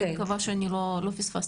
אני מקווה שלא פספסתי,